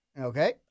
Okay